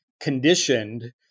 conditioned